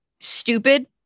stupid